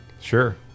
Sure